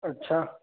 अछा